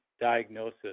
diagnosis